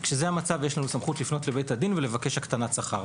כשזה המצב יש לנו אפשרות לפנות לבית הדין ולבקש הקטנת שכר.